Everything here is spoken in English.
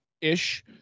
ish